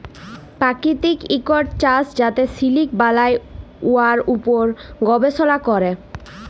পাকিতিক ইকট চাষ যাতে সিলিক বালাই, উয়ার উপর গবেষলা ক্যরে